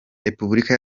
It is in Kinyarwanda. repubulika